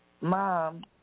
Mom